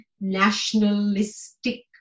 nationalistic